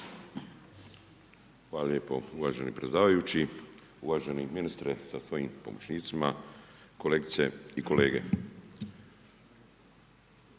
Hvala lijepo predsjedavajući. Uvaženi ministre sa svojim pomoćnicima, kolegice i kolege. Zakon